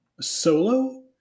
Solo